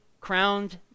crowned